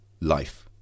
life